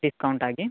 discount ಆಗಿ